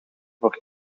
voor